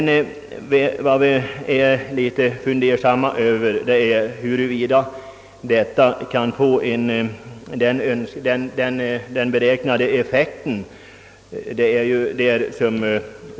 Vi är emellertid tveksamma om huruvida detta kan få den beräknade effekten.